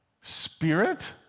spirit